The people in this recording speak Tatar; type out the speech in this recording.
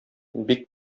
бик